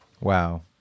Wow